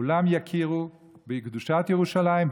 כולם יכירו בקדושת ירושלים,